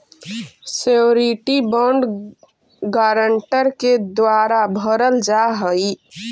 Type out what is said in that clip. surety bond guarantor के द्वारा भरल जा हइ